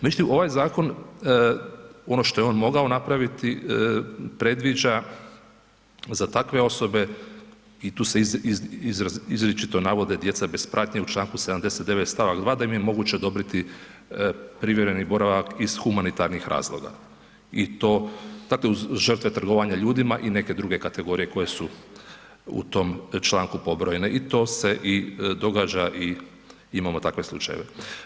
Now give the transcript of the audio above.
Međutim, ovaj zakon ono što je on mogao napraviti predviđa za takve osobe i tu se izričito navode djeca bez pratnje u čl. 79. st. 2. da im je moguće odobriti privremeni boravak iz humanitarnih razloga i to dakle uz žrtve trgovanja ljudima i neke druge kategorije koje su u tom članku pobrojene i to se i događa i imamo takve slučajeve.